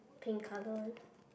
pink color